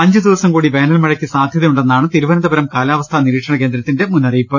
അഞ്ച്ദിവസംകൂടി വേനൽമഴയ്ക്ക് സാധ്യതയുണ്ടെന്നാണ് തിരു വനന്തപുരം കാലാവസ്ഥാ നിരീക്ഷണകേന്ദ്രത്തിന്റെ മ്രുന്നറിയിപ്പ്